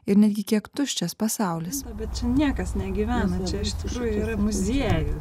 ir netgi kiek tuščias pasaulis bet čia niekas negyvena čia iš tikrųjų yra muziejus